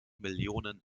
millionen